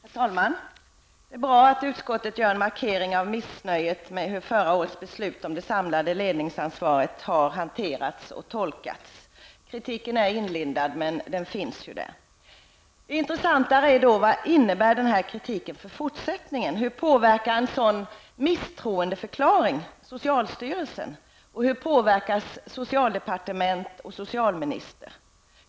Herr talman! Det är bra att utskottet gör en markering av hur missnöjet med förra årets beslut om det samlade ledningsansvaret har hanterats och tolkats. Kritiken är inlindad, men den finns där. Det intressanta är vad kritiken innebär för fortsättningen. Hur påverkar en sådan misstroendeförklaring socialstyrelsen och hur påverkas socialdepartementet och socialministern?